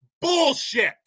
Bullshit